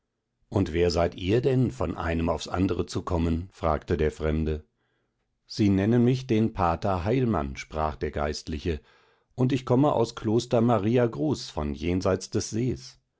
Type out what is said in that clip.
und wer seid ihr denn von einem aufs andre zu kommen fragte der fremde sie nennen mich den pater heilmann sprach der geistliche und ich komme aus kloster mariagruß von jenseit des sees